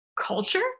culture